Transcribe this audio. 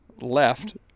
left